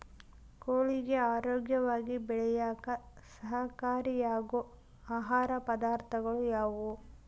ಕೋಳಿಗೆ ಆರೋಗ್ಯವಾಗಿ ಬೆಳೆಯಾಕ ಸಹಕಾರಿಯಾಗೋ ಆಹಾರ ಪದಾರ್ಥಗಳು ಯಾವುವು?